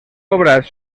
obras